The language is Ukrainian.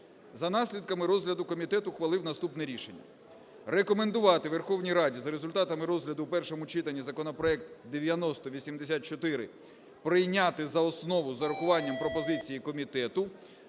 За наслідками розгляду комітет ухвалив наступне рішення: рекомендувати Верховній Раді за результатами розгляду в першому читанні законопроект 9084 прийняти за основу з врахуванням пропозицій комітету